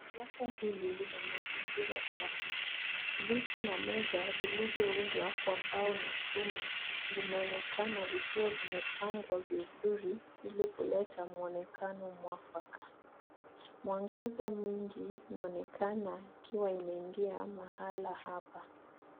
Darasa hili lina mazigira safi, viti na meza vilivyoundwa na bao na chuma vikiwa vimepagwa vizuri ili kuleta muonekano nafaka. Mwangaza mwingi unaonekana unaonekana ukiwa umeingia mahala hapa.